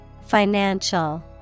Financial